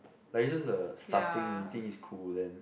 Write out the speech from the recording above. like it's just the starting you think it's cool then